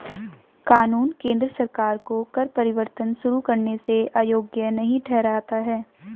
कानून केंद्र सरकार को कर परिवर्तन शुरू करने से अयोग्य नहीं ठहराता है